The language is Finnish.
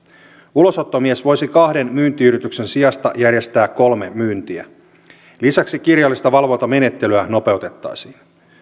ulosottomies voisi kahden myyntiyrityksen sijasta järjestää kolme myyntiä lisäksi kirjallista valvontamenettelyä nopeutettaisiin